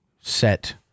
set